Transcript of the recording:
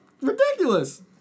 ridiculous